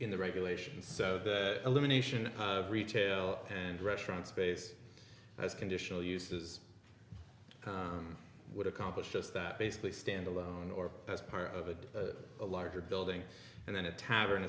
in the regulations so the elimination of retail and restaurant space has conditional uses would accomplish just that basically stand alone or as part of a larger building and then a tavern